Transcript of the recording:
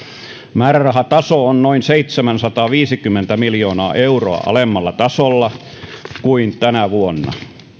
määrärahataso on noin seitsemänsataaviisikymmentä miljoonaa euroa alemmalla tasolla kuin tänä vuonna